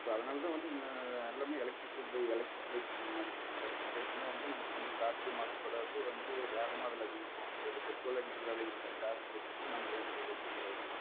இப்போ அதனால் தான் வந்து மே எல்லாமே எலக்ட்ரிக்கல் போய் எலக்ட்ரிக்கல் பைக்குக்கு மாறிக்கிறாங்க எலக்ட்ரிக்கல் பைக்குனால் வந்து நமக்கு வந்து காற்று மாசுப்படாது வந்து வேகமாக அதில் அதிகமாக போக முடியாது பெட்ரோல் அடிக்கிற வேலை இல்லை சார்ஜ் போட்டு விட்டு நம்ம வேணுங்கிற தூரத்துக்கு போய்க்கிலாம்